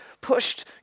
pushed